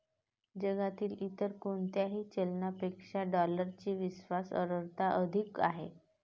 जगातील इतर कोणत्याही चलनापेक्षा डॉलरची विश्वास अर्हता अधिक आहे